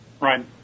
Right